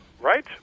Right